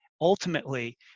ultimately